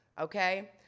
Okay